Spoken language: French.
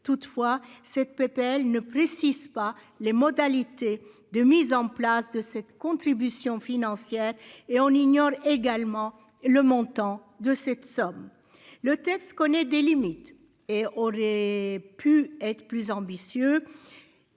Toutefois cette PPL ne précise pas les modalités de mise en place de cette contribution financière et on ignore également le montant de cette somme. Le texte connaît des limites et aurait pu être plus ambitieux.